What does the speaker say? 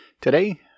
Today